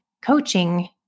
coaching